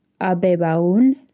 Abebaun